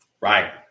Right